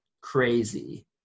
crazy